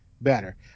better